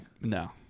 No